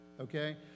Okay